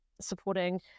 supporting